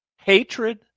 Hatred